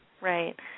Right